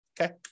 Okay